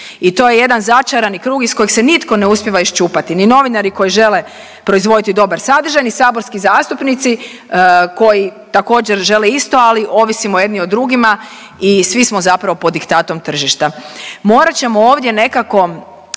I to je jedan začarani krug iz kojeg se nitko ne uspijeva iščupati. Ni novinari koji žele proizvoditi dobar sadržaj, ni saborski zastupnici koji također žele isto, ali ovisimo jedni o drugima i svi smo zapravo pod diktatom tržišta.